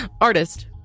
artist